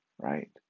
Right